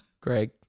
Greg